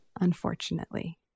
unfortunately